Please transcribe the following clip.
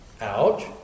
ouch